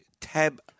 tab